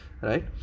right